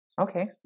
okay